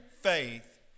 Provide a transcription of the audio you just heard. faith